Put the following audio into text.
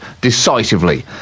decisively